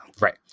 Right